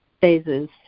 phases